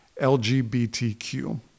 LGBTQ